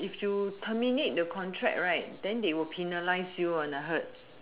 if you terminate the contract right then they will penalize you one I heard